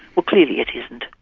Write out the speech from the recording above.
well clearly it isn't.